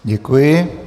Děkuji.